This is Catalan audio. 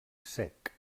sec